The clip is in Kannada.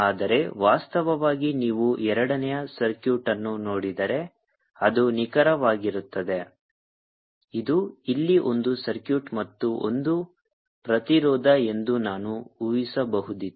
ಆದರೆ ವಾಸ್ತವವಾಗಿ ನೀವು ಎರಡನೇ ಸರ್ಕ್ಯೂಟ್ ಅನ್ನು ನೋಡಿದರೆ ಅದು ನಿಖರವಾಗಿರುತ್ತದೆ ಇದು ಇಲ್ಲಿ ಒಂದು ಸರ್ಕ್ಯೂಟ್ ಮತ್ತು ಒಂದು ಪ್ರತಿರೋಧ ಎಂದು ನಾನು ಊಹಿಸಬಹುದಿತ್ತು